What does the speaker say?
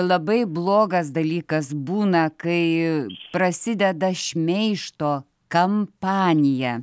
labai blogas dalykas būna kai prasideda šmeižto kampanija